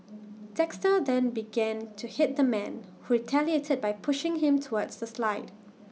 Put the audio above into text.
Dexter then began to hit the man who retaliated by pushing him towards the slide